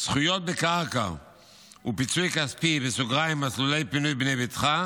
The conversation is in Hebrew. זכויות בקרקע ופיצוי כספי מסלולי פינוי בנה ביתך,